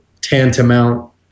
tantamount